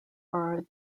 are